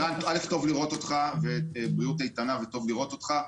רן, א', בריאות איתנה וטוב לראות אותך.